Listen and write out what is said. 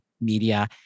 media